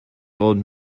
old